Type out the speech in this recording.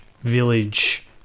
village